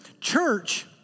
church